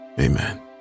Amen